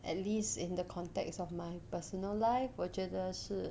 at least in the context of my personal life 我觉得是